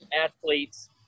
athletes